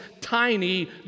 tiny